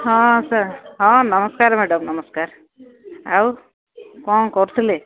ହଁ ସାର୍ ହଁ ନମସ୍କାର ମ୍ୟାଡମ୍ ନମସ୍କାର ଆଉ କ'ଣ କରୁଥିଲେ